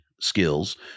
skills